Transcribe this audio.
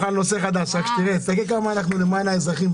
הצבעה אושר אני